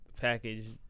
package